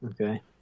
Okay